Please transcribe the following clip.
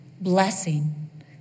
blessing